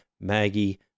Maggie